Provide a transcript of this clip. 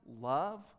love